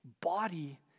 body